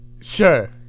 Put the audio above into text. Sure